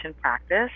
practice